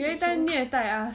you every time 虐待 us